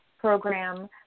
program